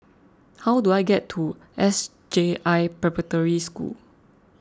how do I get to S J I Preparatory School